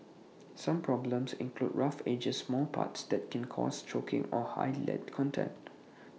some problems include rough edges small parts that can cause choking or high lead content